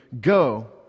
go